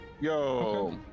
Yo